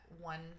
one